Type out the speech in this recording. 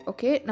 Okay